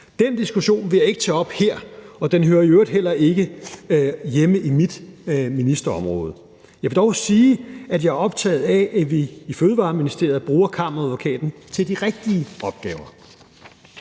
Den diskussion vil jeg ikke tage op her, og den hører i øvrigt heller ikke hjemme i mit ministerområde. Jeg vil dog sige, at jeg er optaget af, at vi i Fødevareministeriet bruger Kammeradvokaten til de rigtige opgaver.